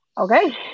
okay